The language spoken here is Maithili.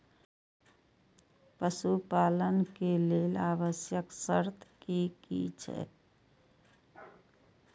पशु पालन के लेल आवश्यक शर्त की की छै?